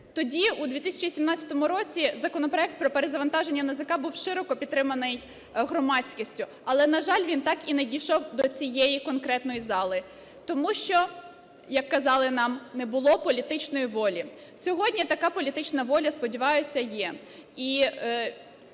Тоді у 2017 році законопроект про перезавантаження НАЗК був широко підтриманий громадськістю, але, на жаль, він так і не дійшов до цієї конкретної зали, тому що, як казали нам, не було політичної волі. Сьогодні така політична воля, сподіваюся, є.